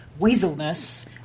weaselness